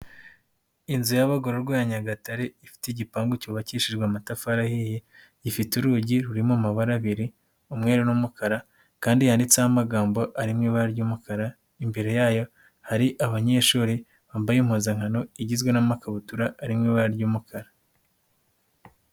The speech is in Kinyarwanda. Inzu y'abagororwa ya Nyagatare ifite igipangu cyubakishijwe amatafari ahiye, ifite urugi ruri mu mabara abiri, umweru n'umukara kandi yanditseho amagambo ari mu ibara ry'umukara, imbere yayo hari abanyeshuri bambaye impuzankano igizwe n'amakabutura ari mu ibara ry'umukara.